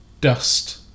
dust